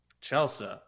Chelsea